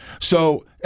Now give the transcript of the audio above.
So-